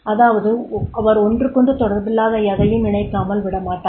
அதாவது அவர் ஒன்றுக்கொன்று தொடர்பில்லாத எதையும் இணைக்காமல் விடமாட்டார்